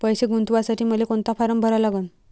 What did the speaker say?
पैसे गुंतवासाठी मले कोंता फारम भरा लागन?